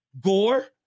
Gore